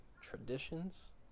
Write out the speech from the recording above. traditions